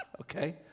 okay